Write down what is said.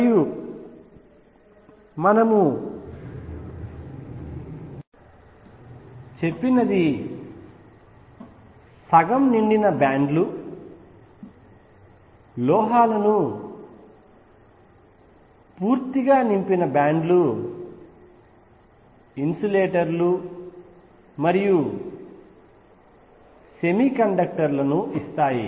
మరియు మనము చెప్పినది సగం నిండిన బ్యాండ్లు లోహాలను ఇస్తాయి పూర్తిగా నింపిన బ్యాండ్లు ఇన్సులేటర్లు మరియు సెమీకండక్టర్లను ఇస్తాయి